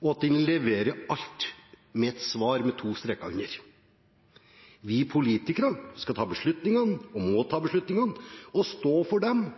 og at den leverer alt med et svar med to streker under. Vi politikere skal og må ta beslutningene og stå for dem,